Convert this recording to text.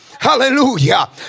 hallelujah